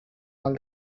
all